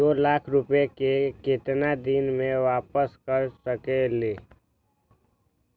दो लाख रुपया के केतना दिन में वापस कर सकेली?